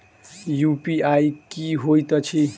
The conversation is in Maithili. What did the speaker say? यु.पी.आई की होइत अछि